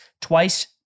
twice